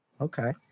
Okay